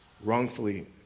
wrongfully